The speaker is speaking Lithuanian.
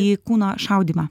į kūno šaudymą